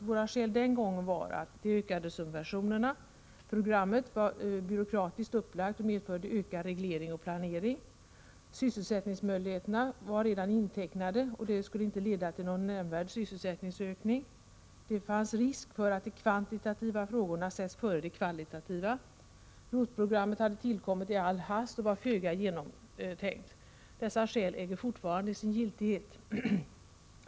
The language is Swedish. Våra skäl den gången var följande: det är byråkratiskt upplagt och medför ökad reglering och planering, sysselsättningsmöjligheterna är redan intecknade, och det kommer inte att leda till någon nämnvärd sysselsättningsökning, det finns en risk för att de kvantitativa frågorna sätts före de kvalitativa, ROT-programmet har tillkommit i all hast och är föga genomtänkt. Dessa skäl äger fortfarande sin giltighet.